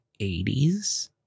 80s